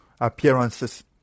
appearances